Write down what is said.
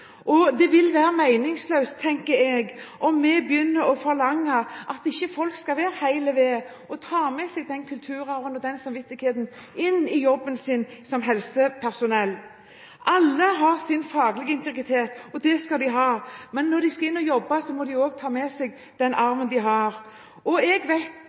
og ikke minst kultur. Det vil være meningsløst, tenker jeg, om vi begynner å forlange at folk ikke skal være hel ved og ta med seg den kulturarven og den samvittigheten inn i jobben sin som helsepersonell. Alle har sin faglige integritet, og det skal de ha. Men når de skal inn og jobbe, må de også ta med seg den arven de har. Jeg vet